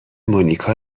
مونیکا